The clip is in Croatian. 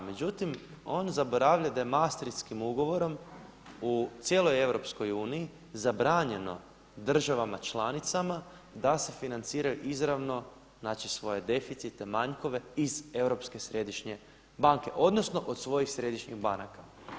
Međutim, on zaboravlja da je Mastritshim ugovorom u cijeloj EU zabranjeno državama članicama da se financiraju izravno, znači svoje deficite, manjkove iz Europske središnje banke, odnosno od svojih središnjih banaka.